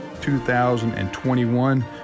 2021